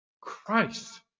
Christ